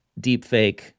deepfake